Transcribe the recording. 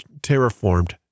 terraformed